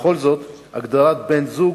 ובכל זאת, הגדרת בן-זוג